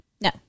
No